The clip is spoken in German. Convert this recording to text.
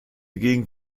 gegend